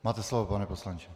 Máte slovo, pane poslanče.